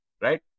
Right